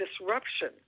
disruption